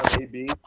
Ab